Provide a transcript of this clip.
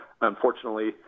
unfortunately